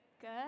Good